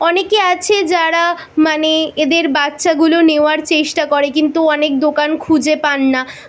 অনেকে আছে যারা মানে এদের বাচ্চাগুলো নেওয়ার চেষ্টা করে কিন্তু অনেক দোকান খুঁজে পান না